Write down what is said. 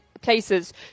places